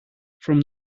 from